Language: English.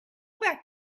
back